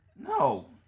No